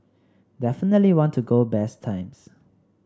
definitely want to go best times